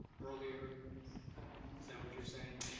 earlier is that what you're saying?